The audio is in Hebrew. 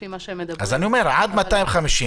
אז אני אומר עד 250,